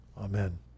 Amen